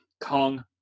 Kong